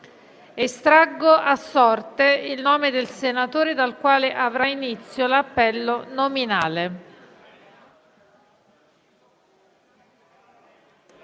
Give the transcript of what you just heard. Estraggo ora a sorte il nome del senatore dal quale avrà inizio l'appello nominale.